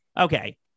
Okay